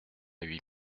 huit